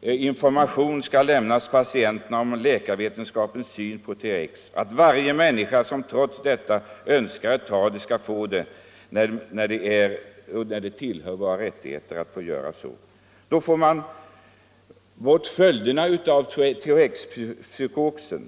och att information skall lämnas patienterna om läkarvetenskapens syn på THX. Varje människa som efter detta ändå önskar läkemedlet skall få det. Det tillhör våra rättigheter. Då får man också bort följderna av THX psykosen.